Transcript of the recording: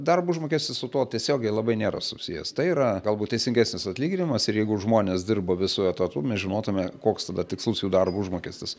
darbo užmokestis su tuo tiesiogiai labai nėra susijęs tai yra galbūt teisingesnis atlyginimas ir jeigu žmonės dirbo visu etatu mes žinotume koks tada tikslus jų darbo užmokestis